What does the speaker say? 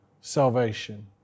salvation